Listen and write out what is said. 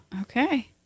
Okay